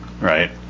Right